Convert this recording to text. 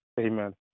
Amen